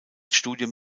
studium